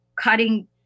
cutting